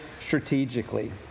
strategically